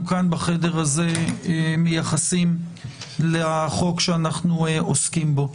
כאן בחדר הזה מייחסים לחוק שאנחנו עוסקים בו.